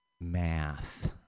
math